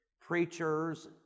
preachers